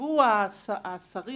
יישבו השרים